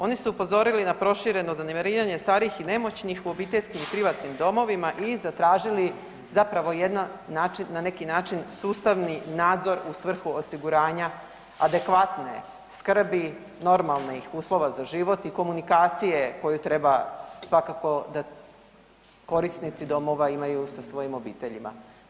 Oni su upozorili na prošireno zanemarivanje starijih i nemoćnih u obiteljskim i privatnim domovima i zatražili zapravo jedan način, na neki način sustavni nadzor u svrhu osiguranja adekvatne skrbi normalnih uslova za život i komunikacije koju treba svakako da korisnici domova imaju sa svojim obiteljima.